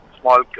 small